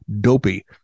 dopey